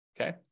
okay